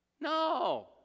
No